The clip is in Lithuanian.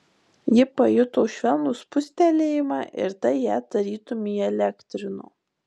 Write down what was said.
ji pajuto švelnų spustelėjimą ir tai ją tarytum įelektrino